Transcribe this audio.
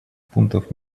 пунктов